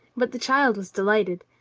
but the child was delighted.